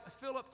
Philip